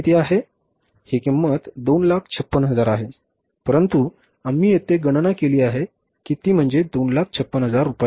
ही किंमत 256000 आहे परंतु आम्ही येथे गणना केली आहे ती म्हणजे 256000 रुपये